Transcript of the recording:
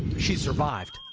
she survived.